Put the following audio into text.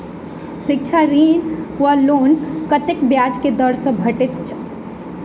शिक्षा ऋण वा लोन कतेक ब्याज केँ दर सँ भेटैत अछि?